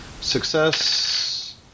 success